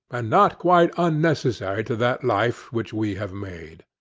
and not quite unnecessary to that life which we have made.